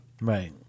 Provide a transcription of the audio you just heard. right